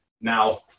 Now